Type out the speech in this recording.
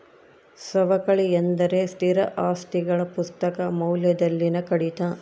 ಸವಕಳಿ ಎಂದರೆ ಸ್ಥಿರ ಆಸ್ತಿಗಳ ಪುಸ್ತಕ ಮೌಲ್ಯದಲ್ಲಿನ ಕಡಿತ